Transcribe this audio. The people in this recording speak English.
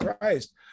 Christ